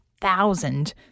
thousand